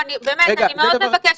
אני מאוד מבקשת,